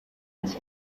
its